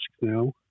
now